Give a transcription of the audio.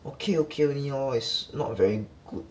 okay okay only lor it's not very good